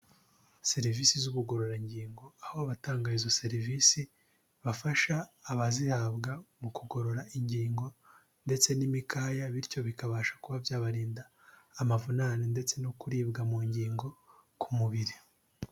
Serivisi z'ubugororangingo, aho abatanga izo serivisi, bafasha abazihabwa mu kugorora ingingo ndetse n'imikaya bityo bikabasha kuba byabarinda amavunane ndetse no kuribwa mu ngingo ku mubiri.